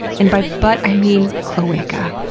and by butt i mean cloaca.